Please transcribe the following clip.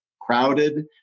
Crowded